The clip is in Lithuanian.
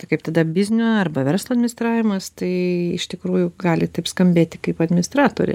kaip tada biznio arba verslo administravimas tai iš tikrųjų gali taip skambėti kaip administratorė